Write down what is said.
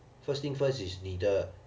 first thing first is 你的